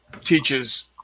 teaches